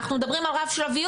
אנחנו מדברים על רב שלביות,